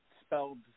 spelled